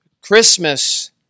Christmas